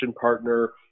partner